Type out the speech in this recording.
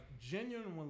genuinely